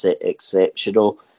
exceptional